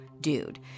dude